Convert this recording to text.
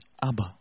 Abba